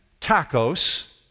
tacos